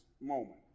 moment